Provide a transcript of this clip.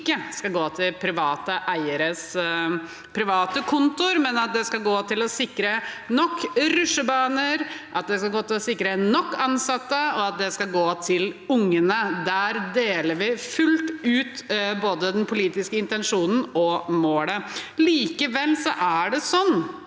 skal gå til private eieres private kontoer, men at det skal gå til å sikre nok rutsjebaner, at det skal gå til å sikre nok ansatte, og at det skal gå til ungene. Der deler vi fullt ut både den politiske intensjonen og målet. Likevel er det sånn